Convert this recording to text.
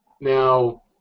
Now